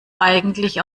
eigentlich